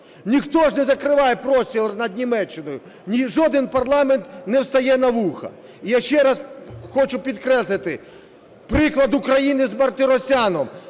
Ніхто ж не закриває простір над Німеччиною, жоден парламент не встає на вуха. Я ще раз хочу підкреслити, приклад України з Мартиросяном.